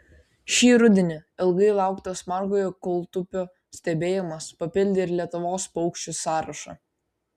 šį rudenį ilgai lauktas margojo kūltupio stebėjimas papildė ir lietuvos paukščių sąrašą